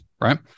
right